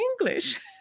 English